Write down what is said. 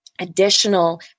Additional